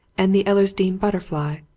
and the ellersdeane butterfly,